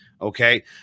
okay